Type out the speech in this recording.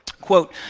Quote